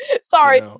sorry